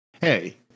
hey